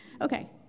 Okay